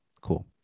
cool